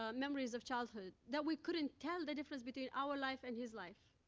ah memories of childhood, that we couldn't tell the difference between our life and his life.